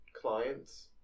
clients